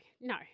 no